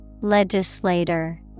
Legislator